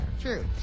true